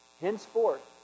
Henceforth